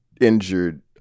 injured